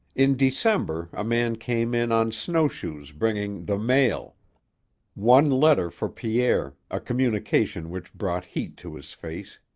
in december a man came in on snowshoes bringing the mail one letter for pierre, a communication which brought heat to his face.